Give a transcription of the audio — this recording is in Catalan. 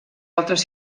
altres